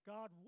God